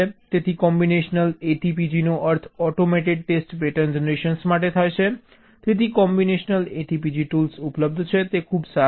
તેથી combinational ATPG નો અર્થ ઓટોમેટેડ ટેસ્ટ પેટર્ન જનરેશન માટે થાય છે તેથી કોમ્બિનેશનલ ATPG ટૂલ્સ ઉપલબ્ધ છે તે ખૂબ સારા છે